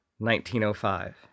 1905